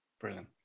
brilliant